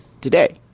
today